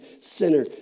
sinner